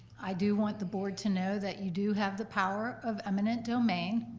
i do want the board to know that you do have the power of eminent domain.